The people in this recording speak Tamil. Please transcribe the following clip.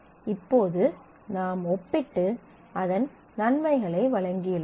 இப்போது நாம் ஒப்பிட்டு அதன் நன்மைகளை வழங்கியுள்ளோம்